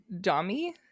dummy